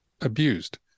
abused